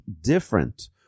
different